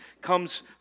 comes